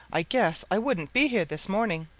i guess i wouldn't be here this morning.